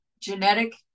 genetic